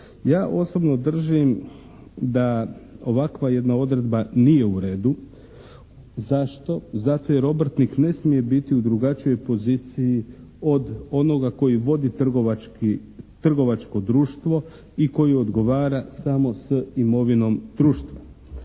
Ja osobno držim da ovakva jedna odredba nije u redu. Zašto? Zato jer obrtnik ne smije biti u drugačijoj poziciji od onoga koji vodi trgovačko društvo i koji odgovara samo s imovinom društva.